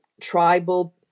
tribal